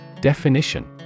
Definition